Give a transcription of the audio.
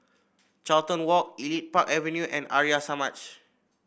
Carlton Walk Elite Park Avenue and Arya Samaj